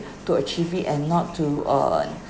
to achieve it and not to uh